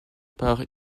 par